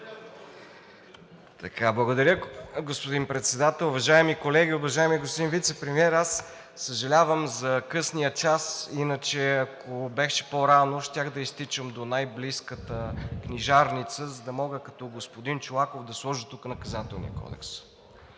Благодаря, господин Председател. Уважаеми колеги, уважаеми господин Вицепремиер! Аз съжалявам за късния час. Иначе, ако беше по-рано, щях да изтичам до най-близката книжарница, за да мога като господин Чолаков да сложа тук Наказателния кодекс.